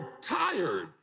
tired